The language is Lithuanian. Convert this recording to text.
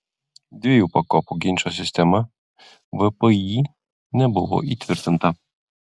dviejų pakopų ginčo sistema vpį nebuvo įtvirtinta